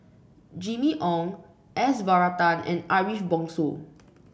Jimmy Ong S Varathan and Ariff Bongso